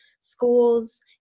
schools